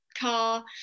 car